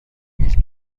میلک